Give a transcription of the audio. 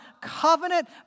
covenant